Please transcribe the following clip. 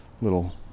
little